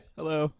hello